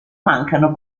mancano